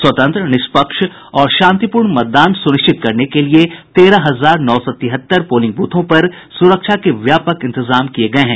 स्वतंत्र निष्पक्ष और शांतिपूर्ण मतदान सुनिश्चित करने के लिए तेरह हजार नौ सौ तिहत्तर पोलिंग ब्रथों पर सुरक्षा के व्यापक इंतजाम किये गये हैं